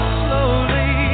slowly